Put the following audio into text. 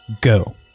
go